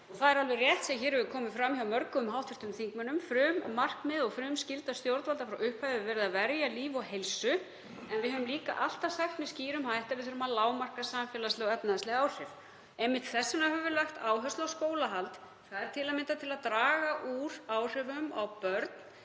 Það er alveg rétt, sem hér hefur komið fram hjá mörgum hv. þingmönnum, að frummarkmið og frumskylda stjórnvalda frá upphafi hefur verið að verja líf og heilsu. En við höfum líka alltaf sagt með skýrum hætti að við þurfum að lágmarka samfélagsleg og efnahagsleg áhrif. Einmitt þess vegna höfum við lagt áherslu á skólahald. Það er til að mynda til að draga úr áhrifum á börn